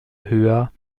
höher